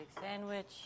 Sandwich